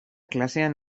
klasean